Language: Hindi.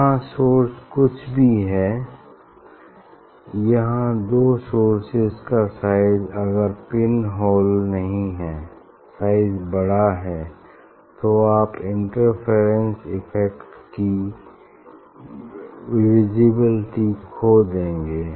यहाँ सोर्स कुछ भी है यहाँ दो सोर्सेज का साइज अगर पिन होल नहीं है साइज बड़ा है तो आप इंटरफेरेंस इफ़ेक्ट की विजिबिलिटी खो देंगे